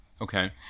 Okay